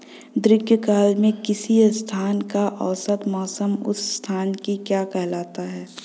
दीर्घकाल में किसी स्थान का औसत मौसम उस स्थान की क्या कहलाता है?